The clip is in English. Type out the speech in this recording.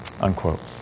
Unquote